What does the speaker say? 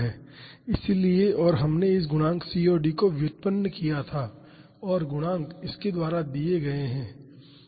इसलिए और हमने इस गुणांक C और D को व्युत्पन्न किया था और गुणांक इसके द्वारा दिए गए हैं